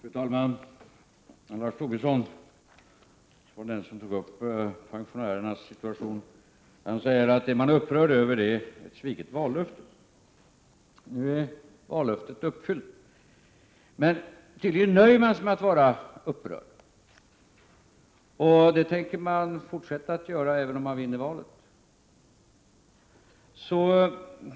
Fru talman! Lars Tobisson var den som tog upp pensionärernas situation. Han sade att det de är upprörda över är ett sviket vallöfte. Nu är vallöftet uppfyllt. Men tydligen nöjer sig moderaterna med att vara upprörda och det tänker de fortsätta att vara även om de vinner valet.